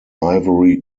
ivory